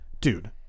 dude